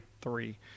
three